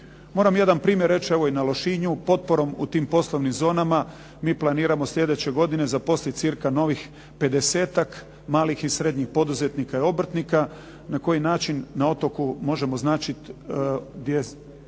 Moram jedan primjer reći i na Lošinju, potporom u tim poslovnim zonama, mi planiramo sljedeće godine zaposliti cca novih 50-ak malih i srednjih poduzetnika i obrtnika na koji način na otoku možemo značiti gdje